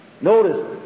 Notice